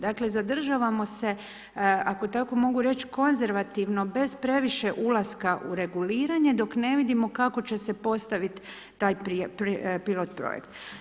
Dakle, zadržavamo se, ako tako mogu reći konzervativno bez previše ulaska u reguliranje, dok ne vidimo kako će se postaviti taj pilot-projekt.